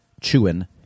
Chewin